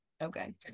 Okay